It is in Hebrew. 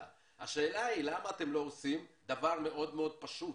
השאלה היא למה אתם לא עושים דבר מאוד פשוט: